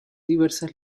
diversas